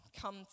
come